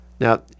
Now